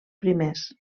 primers